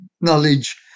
knowledge